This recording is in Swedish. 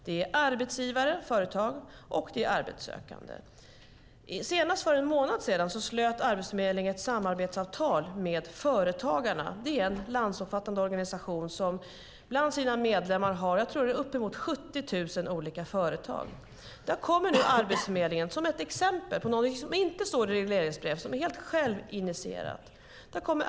Det är arbetsgivare och företag, och det är arbetssökande. Senast för en månad sedan slöt Arbetsförmedlingen ett samarbetsavtal med Företagarna. Det är en landsomfattande organisation som bland sina medlemmar har uppemot 70 000 olika företag. Där kommer nu Arbetsförmedlingen, som ett exempel, med något som inte står i ett regleringsbrev utan är helt självinitierat.